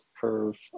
curve